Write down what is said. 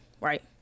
right